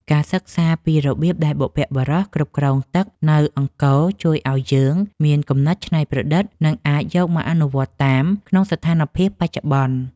ការសិក្សាពីរបៀបដែលបុព្វបុរសគ្រប់គ្រងទឹកនៅអង្គរជួយឱ្យយើងមានគំនិតច្នៃប្រឌិត និងអាចយកមកអនុវត្តតាមក្នុងស្ថានភាពបច្ចុប្បន្ន។